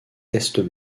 test